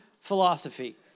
philosophy